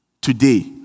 today